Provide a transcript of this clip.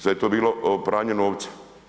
Sve je to bilo pranje novca.